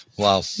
Wow